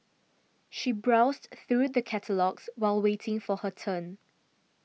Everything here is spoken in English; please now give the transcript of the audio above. she browsed through the catalogues while waiting for her turn